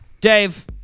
Dave